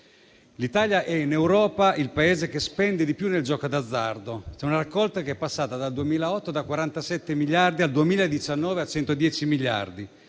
L'Italia è, in Europa, il Paese che spende di più nel gioco d'azzardo. Una raccolta che è passata da 47 miliardi nel 2008 a 110 miliardi